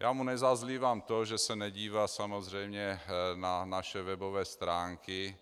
Já mu nezazlívám to, že se nedívá samozřejmě na naše webové stránky,